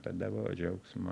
tada buvo džiaugsmo